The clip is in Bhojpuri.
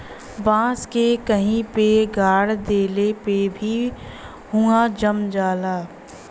बांस के कहीं पे गाड़ देले पे भी उहाँ जम जाला